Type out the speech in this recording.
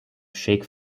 sheikh